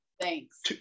thanks